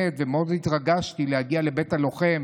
ומאוד התרגשתי להגיע לבית הלוחם,